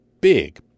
big